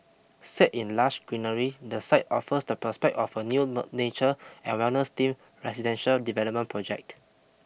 set in lush greenery the site offers the prospect of a new nature and wellness themed residential development project